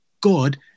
God